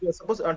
Suppose